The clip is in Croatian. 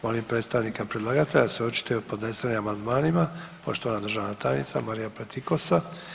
Molim predstavnika predlagatelja da se očituje o podnesenim amandmanima, poštovana državna tajnica Marija Pletikosa.